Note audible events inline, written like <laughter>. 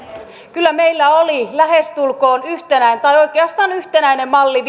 kyllä meillä oli viime kaudella lähestulkoon yhtenäinen tai oikeastaan yhtenäinen malli <unintelligible>